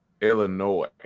Illinois